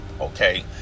okay